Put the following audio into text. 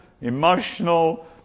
emotional